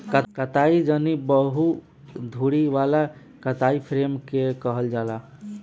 कताई जेनी बहु धुरी वाला कताई फ्रेम के कहल जाला